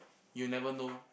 you never know